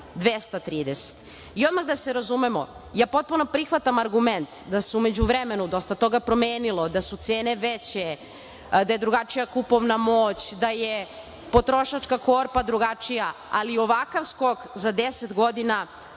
evra. Odmah da se razumemo ja potpuno prihvatam argument da se u međuvremenu dosta toga promenilo, da su cene veće, da je drugačija kupovna moć, da je potrošačka korpa drugačija, ali ovakav skok za 10 godina